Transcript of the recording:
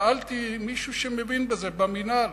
שאלתי מישהו שמבין בזה במינהל.